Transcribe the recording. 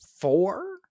four